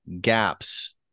gaps